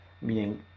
meaning